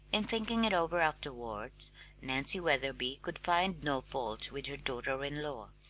in thinking it over afterwards nancy wetherby could find no fault with her daughter-in-law.